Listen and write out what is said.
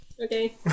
Okay